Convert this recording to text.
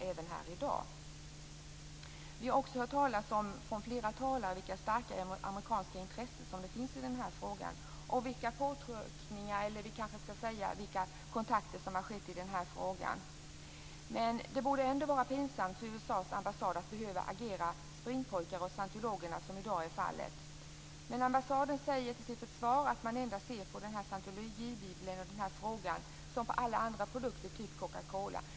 Flera talare har här talat om de starka amerikanska intressen som ligger bakom den här frågan och vilka kontakter som har förekommit. Men det borde ändå vara pinsamt för USA:s ambassad att behöva agera springpojke åt scientologerna som i dag är fallet. Till sitt försvar säger ambassaden att man ser på scientologbibeln som på alla andra produkter, typ Coca Cola.